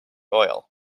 oil